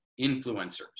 influencers